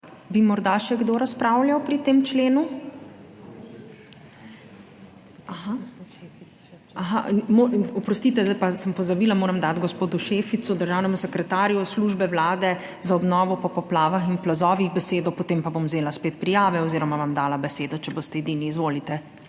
Bi morda še kdo razpravljal pri tem členu? A ha, gospod, oprostite, zdaj pa sem pozabila, moram dati gospodu Šeficu, državnemu sekretarju Službe Vlade za obnovo po poplavah in plazovih, besedo, potem pa bom vzela spet prijave oziroma vam dala besedo, če boste edini. Izvolite.